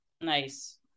Nice